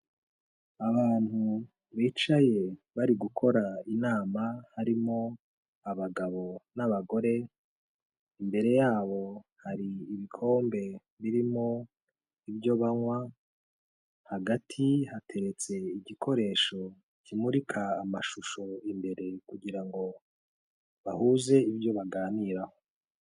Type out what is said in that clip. Abantu bicaye bari gukora inama, harimo abagabo n'abagore, imbere yabo hari ibikombe birimo ibyo banywa, hagati hateretse igikoresho kimurika amashusho imbere, kugira ngo bahuze ibyo baganira.